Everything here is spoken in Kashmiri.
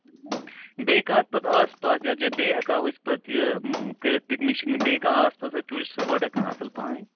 بیٚیہِ کانٛہہ پتہٕ آس پاس یتھ جایہِ بیٚیہِ ہیٚکوا أسۍ پتہٕ یہِ کٔرِتھ پِکنِک شِکنِک بیٚیہِ کانٛہہ آس پاس آسہِ ٹوٗرسِٹ سُپاٹاہ کانٛہہ اَصٕل پہم